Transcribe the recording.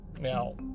now